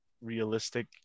realistic